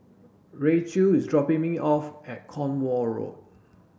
Racheal is dropping me off at Cornwall Road